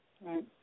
Right